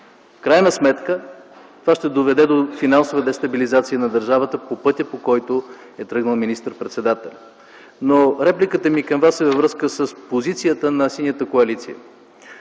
крайна сметка това ще доведе до финансова дестабилизация на държавата по пътя, по който е тръгнал министър-председателят. Репликата ми към Вас е във връзка с позицията на Синята коалиция.